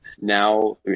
now –